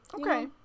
Okay